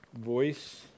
voice